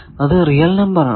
അത് real number ആണ്